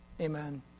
Amen